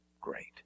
Great